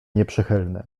nieprzychylny